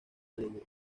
alegre